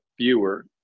viewer